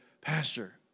pastor